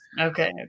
Okay